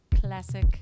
Classic